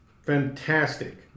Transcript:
Fantastic